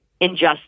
injustice